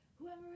Whoever